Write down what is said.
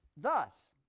thus,